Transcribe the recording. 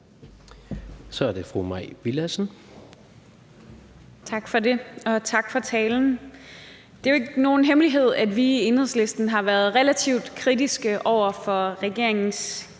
Kl. 22:27 Mai Villadsen (EL): Tak for det, og tak for talen. Det er jo ikke nogen hemmelighed, at vi i Enhedslisten har været relativt kritiske over for regeringens klimasnak